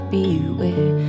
Beware